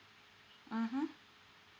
mmhmm